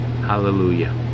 Hallelujah